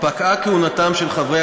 הרווחה